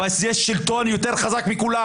אבל זה שלטון יותר חזק מכולם